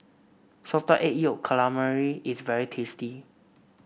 Salted Egg Yolk Calamari is very tasty